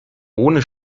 ohne